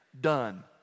Done